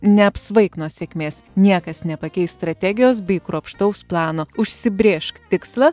neapsvaik nuo sėkmės niekas nepakeis strategijos bei kruopštaus plano užsibrėžk tikslą